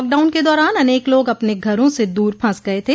lockdown के दौरान अनेक लोग अपने घरों से दूर फंस गये थे